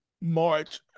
March